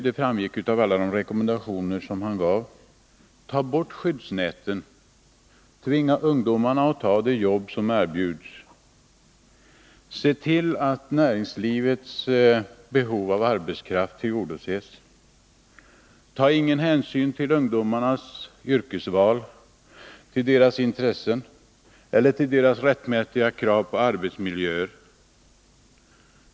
Det framgick av alla de rekommendationer som Sten Svensson gav: ta bort skyddsnäten, tvinga ungdomarna att ta de jobb som bjuds, se till att näringslivets behov av arbetskraft tillgodoses, ta ingen hänsyn till ungdomarnas yrkesval, till deras intressen eller till deras rättmätiga krav på arbetsmiljöer.